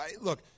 Look